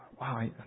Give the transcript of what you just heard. wow